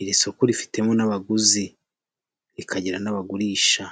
Iri soko rifitemo n'abaguzi rikagira n'abagurisha.